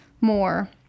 more